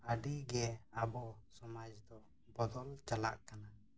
ᱟᱹᱰᱤᱜᱮ ᱟᱵᱚ ᱥᱚᱢᱟᱡᱽ ᱫᱚ ᱵᱚᱫᱚᱞ ᱪᱟᱞᱟᱜ ᱠᱟᱱᱟ